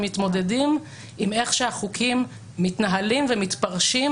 מתמודדים עם איך שהחוקים מתנהלים ומתפרשים,